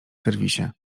serwisie